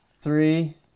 Three